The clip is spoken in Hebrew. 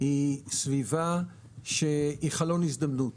היא סביבה של חלון הזדמנויות.